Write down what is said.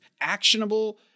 actionable